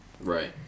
right